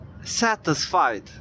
satisfied